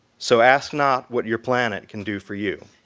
so ask not what your planet can do for you,